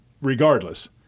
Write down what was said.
regardless